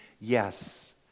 yes